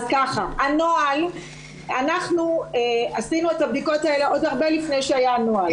אנחנו עשינו את הבדיקות האלה עוד הרבה לפני שהיה הנוהל.